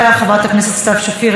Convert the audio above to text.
חבר הכנסת מיקי לוי,